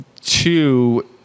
Two